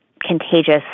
contagious